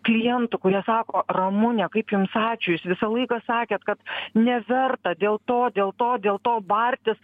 klientų kurie sako ramune kaip jums ačiū jūs visą laiką sakėt kad neverta dėl to dėl to dėl to bartis